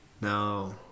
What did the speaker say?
No